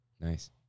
Nice